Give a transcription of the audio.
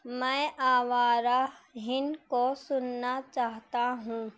میں آوارہ ہن کو سننا چاہتا ہوں